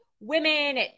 women